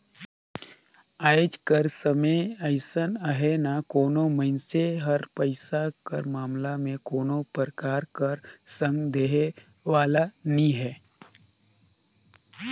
आएज कर समे अइसे अहे ना कोनो मइनसे हर पइसा कर मामला में कोनो परकार कर संग देहे वाला नी हे